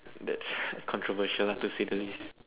that's controversial to say the least